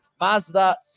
Mazda